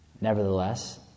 Nevertheless